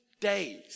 days